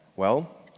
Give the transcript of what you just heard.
well,